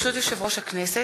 הכנסת,